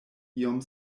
iom